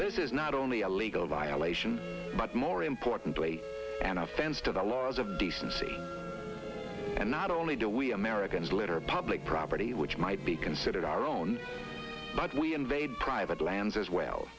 this is not only a legal violation but more importantly an offense to the laws of decency and not only do we americans litter public property which might be considered our own but we invade private lands as well